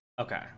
Okay